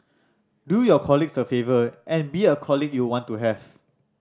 do your colleagues a favour and be a colleague you want to have